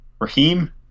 Raheem